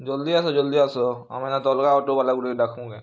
ଜଲ୍ଦି ଆସ ଜଲ୍ଦି ଆସ ଆମେ ନାଇଁ ତ ଅଲ୍ଗା ଅଟୋବାଲା ଗୁଟେକେ ଡାକ୍ମୁ